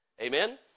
Amen